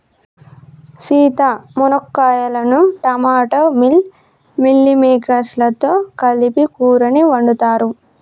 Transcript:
సీత మునక్కాయలను టమోటా మిల్ మిల్లిమేకేర్స్ లతో కలిపి కూరని వండుతారు